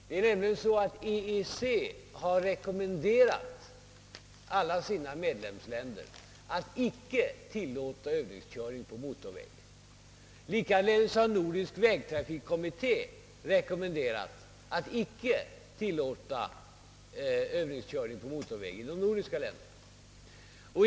Det är nämligen så att EEC har rekommenderat alla sina medlemsländer att icke tillåta övningskörning på motorväg. Likaledes har Nordisk vägtrafikkommitté rekommenderat att icke tillåta övningskörning på motorväg inom de nordiska länderna.